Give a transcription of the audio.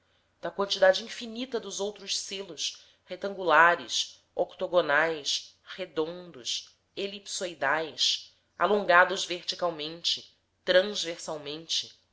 da quantidade infinita dos outros selos retangulares octogonais redondos elipsoidais alongados verticalmente transversalmente